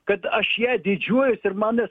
kad aš ja didžiuojuosi ir manęs